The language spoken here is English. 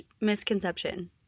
misconception